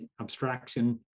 abstraction